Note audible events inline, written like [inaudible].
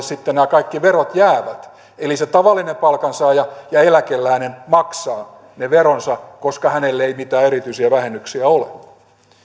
[unintelligible] sitten nämä kaikki verot jäävät eli se tavallinen palkansaaja ja eläkeläinen maksaa ne veronsa koska hänellä ei mitään erityisiä vähennyksiä ole